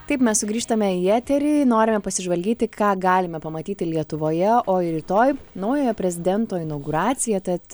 taip mes sugrįžtame į eterį norime pasižvalgyti ką galime pamatyti lietuvoje o ir rytoj naujojo prezidento inauguracija tad